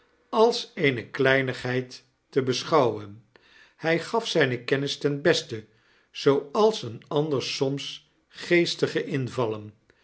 als eene kleinigheid te beschouwen hy gaf zijne kennis ten beste zooals een ander soms geestige invallen